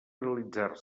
realitzar